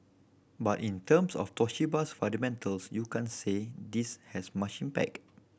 but in terms of Toshiba's fundamentals you can't say this has much impact